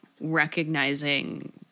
recognizing